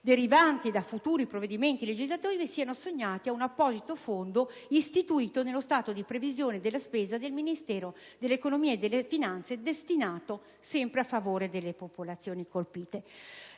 derivanti da futuri provvedimenti legislativi, siano assegnate ad un apposito fondo istituito nello stato di previsione della spesa del Ministero dell'economia e delle finanze, che sarà destinato sempre a misure in favore della popolazione colpita